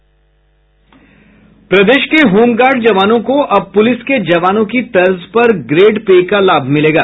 प्रदेश के होमगार्ड जवानों को अब पुलिस के जवानों की तर्ज पर ग्रेड पे का लाभ मिलेगा